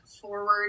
forward